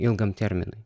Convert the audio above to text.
ilgam terminui